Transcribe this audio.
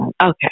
Okay